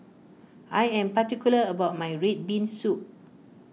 I am particular about my Red Bean Soup